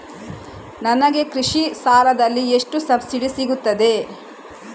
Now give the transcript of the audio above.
ನನಗೆ ಕೃಷಿ ಸಾಲದಲ್ಲಿ ಎಷ್ಟು ಸಬ್ಸಿಡಿ ಸೀಗುತ್ತದೆ?